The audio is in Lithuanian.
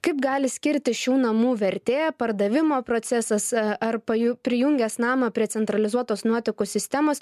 kaip gali skirtis šių namų vertė pardavimo procesas ar paju prijungęs namą prie centralizuotos nuotekų sistemos